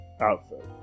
outfit